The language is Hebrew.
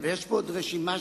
ויש פה עוד רשימה,